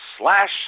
slash